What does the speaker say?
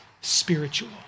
spiritual